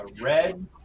red